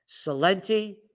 Salenti